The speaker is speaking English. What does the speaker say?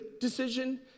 decision